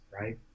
right